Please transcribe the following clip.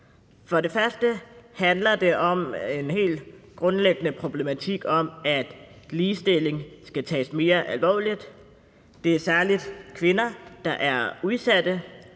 For det første handler det om en helt grundlæggende problematik om, at ligestilling skal tages mere alvorligt. Det er særligt kvinder, der er udsatte,